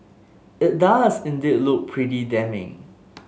it does indeed look pretty damning